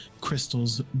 crystals